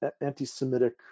anti-Semitic